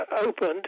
opened